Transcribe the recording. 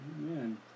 Amen